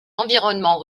environnement